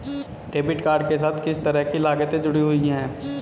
Debit card के साथ किस तरह की लागतें जुड़ी हुई हैं?